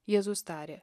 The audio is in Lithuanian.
jėzus tarė